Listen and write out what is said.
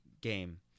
game